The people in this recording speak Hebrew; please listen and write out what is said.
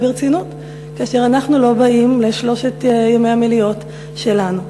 ברצינות כאשר אנחנו לא באים לשלושת ימי המליאה שלנו.